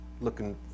looking